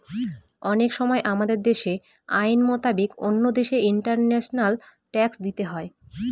অনেক সময় আমাদের আইন মোতাবেক অন্য দেশে ইন্টারন্যাশনাল ট্যাক্স দিতে হয়